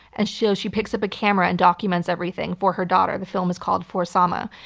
and she she picks up a camera and documents everything for her daughter. the film is called for sama.